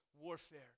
warfare